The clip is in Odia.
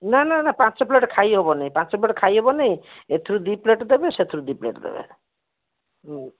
ନା ନା ପାଞ୍ଚ ପ୍ଳେଟ୍ ଖାଇହେବନି ପାଞ୍ଚ ପ୍ଲେଟ୍ ଖାଇହେବନି ଏଥିରୁ ଦୁଇ ପ୍ଲେଟ୍ ଦେବେ ସେଥିରୁ ଦୁଇ ପ୍ଲେଟ୍ ଦେବେ ହୁଁ